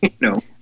No